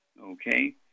Okay